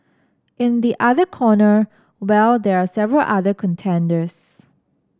in the other corner well there are several other contenders